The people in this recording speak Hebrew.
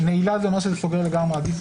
נעילה זה אומר שסוגרים לגמרי.